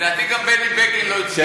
לדעתי גם בני בגין לא הצביע בעד.